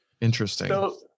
Interesting